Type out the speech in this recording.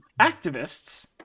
activists